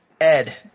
Ed